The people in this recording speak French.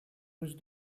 russe